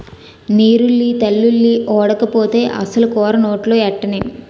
నీరుల్లి తెల్లుల్లి ఓడకపోతే అసలు కూర నోట్లో ఎట్టనేం